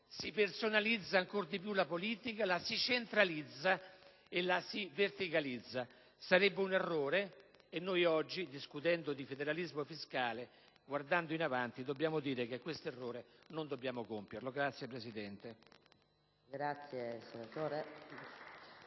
si personalizza ancor di più la politica, la si centralizza e la si verticalizza. Sarebbe un errore e noi oggi, discutendo di federalismo fiscale e guardando avanti, dobbiamo dire che questo errore non dobbiamo compierlo. *(Applausi